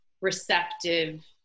receptive